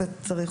וצריך,